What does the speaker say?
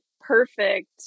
perfect